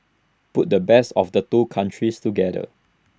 put the best of the two countries together